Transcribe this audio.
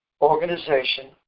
organization